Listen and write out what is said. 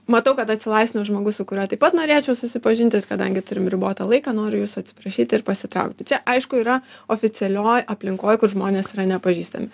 matau kad atsilaisvino žmogus su kuriuo taip pat norėčiau susipažinti kadangi turim ribotą laiką noriu jūsų atsiprašyti ir pasitraukti čia aišku yra oficialioj aplinkoj kur žmonės yra nepažįstami